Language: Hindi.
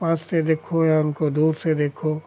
पास से देखो या उनको दूर से देखो